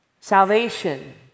salvation